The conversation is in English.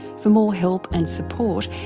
for more help and support,